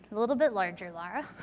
a little bit larger lara.